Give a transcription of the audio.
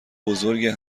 بزرگه